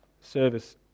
service